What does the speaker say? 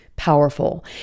Powerful